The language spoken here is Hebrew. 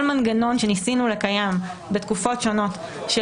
כל מנגנון שניסינו לקיים בתקופות שונות של